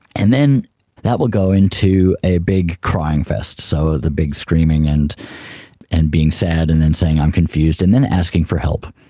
and then that will go into a big crying fest, so the big screaming and and being sad and then saying i'm confused and then asking for help.